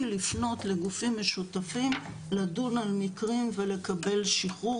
לפנות לגופים משותפים לדון על מקרים ולקבל שחרור.